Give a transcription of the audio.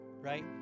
right